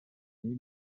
new